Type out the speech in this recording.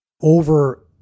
Over